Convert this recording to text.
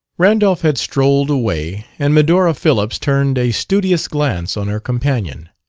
randolph had strolled away, and medora phillips turned a studious glance on her companion.